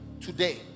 today